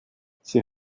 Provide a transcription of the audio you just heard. sie